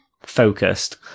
focused